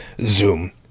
zoom